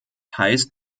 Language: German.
heißt